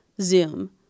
zoom